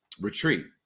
retreat